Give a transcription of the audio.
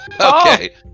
okay